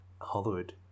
Hollywood